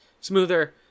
smoother